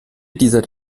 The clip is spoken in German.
dieser